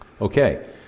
Okay